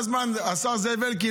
השר זאב אלקין,